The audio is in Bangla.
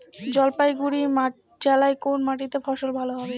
জলপাইগুড়ি জেলায় কোন মাটিতে ফসল ভালো হবে?